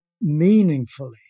meaningfully